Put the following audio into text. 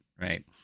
right